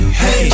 hey